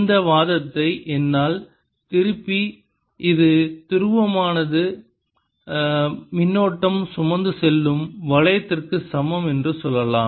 இந்த வாதத்தை என்னால் திருப்பி இரு துருவமானது மின்னோட்டம் சுமந்து செல்லும் வளையத்திற்கு சமம் என்று சொல்லலாம்